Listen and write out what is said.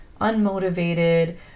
unmotivated